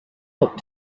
looked